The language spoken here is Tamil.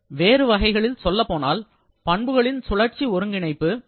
வேறு வகைகளில் சொல்லப்போனால் பண்புகளின் சூழற்சி ஒருங்கிணைப்பு 0